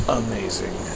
amazing